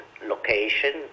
location